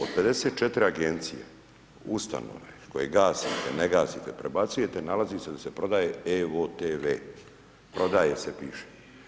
Od 54 Agencije, Ustanove, koje gasite, ne gasite, prebacujete, nalazi se da se prodaje evo-tv, prodaje se, piše.